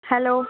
hello